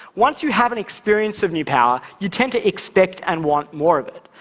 once you have an experience of new power, you tend to expect and want more of it.